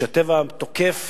וכשהטבע תוקף,